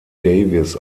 davis